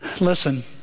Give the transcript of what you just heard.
listen